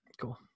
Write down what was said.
Cool